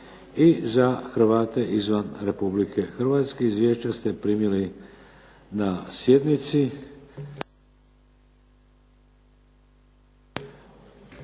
i za Hrvate izvan Republike Hrvatske. Izvješća ste primili na sjednici.